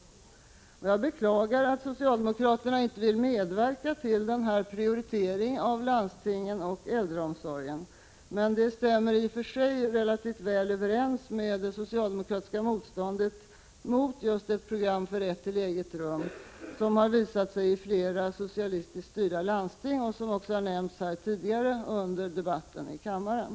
Jag beklagar att socialdemokraterna inte vill medverka till prioriteringen av landstingens äldreomsorg. Men det stämmer i och för sig relativt väl överens med det socialdemokratiska motståndet mot ett program för rätt till eget rum, som har visat sig i flera socialistiskt styrda landsting och även har nämnts tidigare i debatten här i kammaren.